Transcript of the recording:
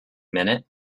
minute